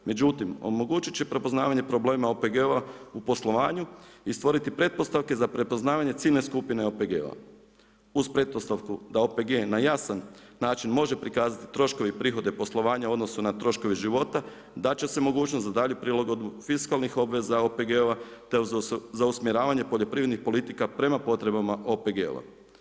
Međutim, omogućit će prepoznavanje problema OPG-ova u poslovanju i stvoriti pretpostavke za prepoznavanje ciljne skupine OPG-ova uz pretpostavku da OPG na jasan način može prikazati troškove i prihode poslovanja u odnosu na troškove života, dat će se mogućnost za dalju prilagodbu fiskalnih obveza OPG-ova, te za usmjeravanje poljoprivrednih politika prema potrebama OPG-ova.